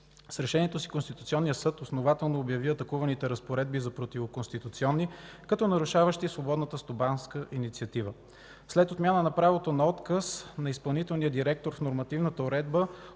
С решението си Конституционният съд основателно обяви атакуваните разпоредби за противоконституционни, като нарушаващи свободната стопанска инициатива. След отмяна на правото на отказ на изпълнителния директор в нормативната уредба